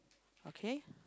okay